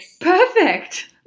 perfect